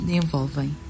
envolvem